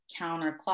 counterclockwise